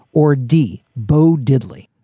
or d, bo diddley?